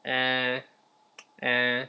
eh eh